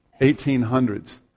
1800s